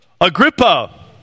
Agrippa